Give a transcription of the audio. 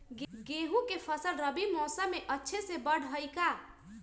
गेंहू के फ़सल रबी मौसम में अच्छे से बढ़ हई का?